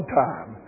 time